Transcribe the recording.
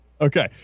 Okay